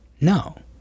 no